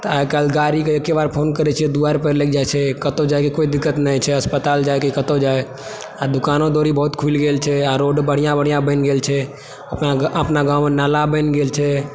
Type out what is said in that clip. तऽ आइकाल्हि गाड़ीके एक्के बार फोन करय छियै तऽ द्वारपर लगि जाय छै कतहुँ जाइके कोइ दिक्कत नहि छै अस्पताल जाय की कतहुँ जाय आ दोकानो दौरि बहुत खुलि गेल छै आ रोड बढिआँ बढिआँ बनि गेल छै अपना गाँव अपना गाँवमे नाला बनि गेल छै